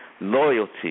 loyalty